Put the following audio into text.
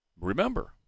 remember